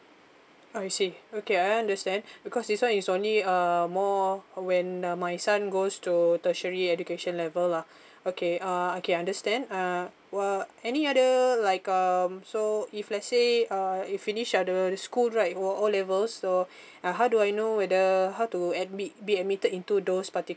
I see okay I understand because this one is only um more when uh my son goes to tertiary education level lah okay uh okay understand uh what any other like um so if let say uh he finished uh the the school right it were O levels so uh how do I know whether how to admit be admitted into those particular